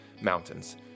mountains